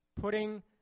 putting